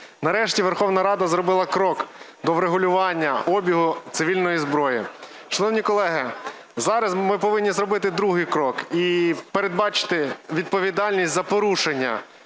Нарешті Верховна Рада зробила крок до врегулювання обігу цивільної зброї. Шановні колеги, зараз ми повинні зробити другий крок і передбачити відповідальність за порушення,